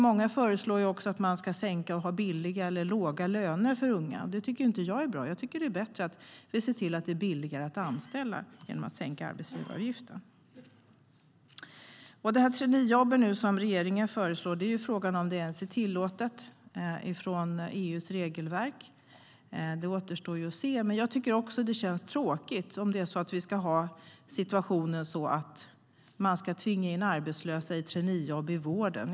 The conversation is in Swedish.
Många föreslår att man ska sänka lönerna för unga. Det tycker inte jag är bra. Jag tycker att det är bättre att vi ser till att det är billigare att anställa genom att sänka arbetsgivaravgiften. Angående de traineejobb som regeringen föreslår återstår det att se om detta ens är tillåtet enligt EU:s regelverk. Men jag tycker att det känns tråkigt om det är så att arbetslösa ska tvingas in i traineejobb i vården.